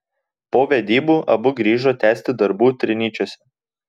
po vedybų abu grįžo tęsti darbų trinyčiuose